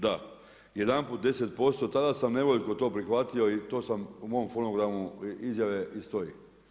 Da, jedanput 10%, tada sam nevoljko to prihvatio i to sam u mom fonogramu izjave i stoji.